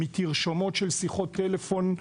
מתרשמות של שיחות טלפון,